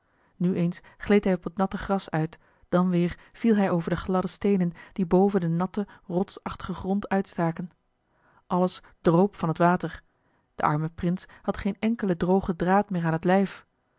nu eens gleed hij op het natte gras uit dan weer viel hij over de gladde steenen die boven den natten rotsachtigen grond uitstaken alles droop van het water de arme prins had geen enkelen drogen draad meer aan het lijf